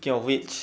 speaking of which